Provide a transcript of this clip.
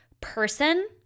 person